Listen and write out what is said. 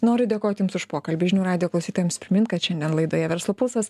noriu dėkoti jums už pokalbį žinių radijo klausytojams primint kad šiandien laidoje verslo pulsas